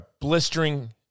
blistering